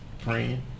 Praying